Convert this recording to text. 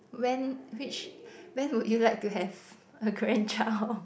when which when would you like to have a grandchild